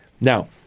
Now